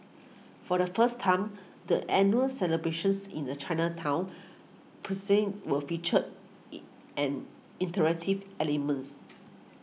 for the first time the annual celebrations in the Chinatown precinct will feature in an interactive elements